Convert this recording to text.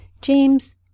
James